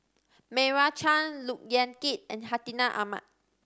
Meira Chand Look Yan Kit and Hartinah Ahmad